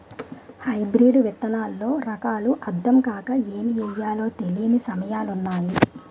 hybrid విత్తనాల్లో రకాలు అద్దం కాక ఏమి ఎయ్యాలో తెలీని సమయాలున్నాయి